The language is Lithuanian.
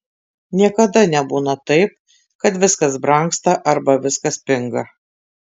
niekada nebūna taip kad viskas brangsta arba viskas pinga